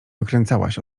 wykręcałaś